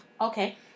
Okay